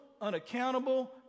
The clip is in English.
unaccountable